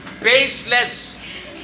baseless